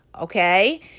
okay